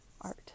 art